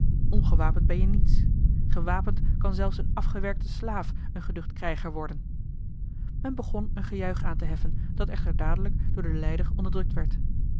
ongewapend ben-je niets gewapend kan zelfs een afgewerkte slaaf een geducht krijger worden men begon een gejuich aan te heffen dat echter dadelijk door den leider onderdrukt werd